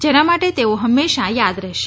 જેના માટે તેઓ હંમેશા યાદ રહેશે